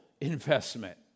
investment